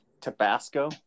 Tabasco